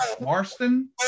Marston